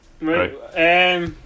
Right